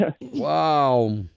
wow